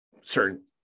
certain